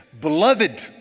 beloved